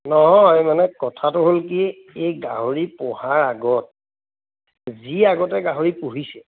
নহয় মানে কথাটো হ'ল কি এই গাহৰি পুহাৰ আগত যি আগতে গাহৰি পুহিছে